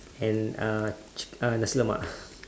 and uh ch~ uh nasi lemak